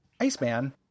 Iceman